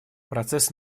процесс